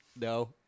No